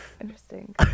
Interesting